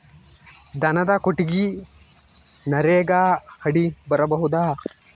ದನದ ಕೊಟ್ಟಿಗಿ ನರೆಗಾ ಅಡಿ ಮಾಡಬಹುದಾ?